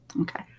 Okay